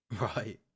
Right